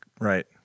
Right